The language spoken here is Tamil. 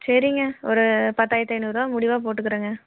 சரிங்க ஒரு பத்தாயிரத்தி ஐநூறுபா முடிவாக போட்டுக்கிறேங்க